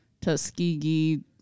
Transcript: Tuskegee